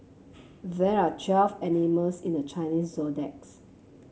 there are twelve animals in the Chinese